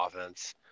offense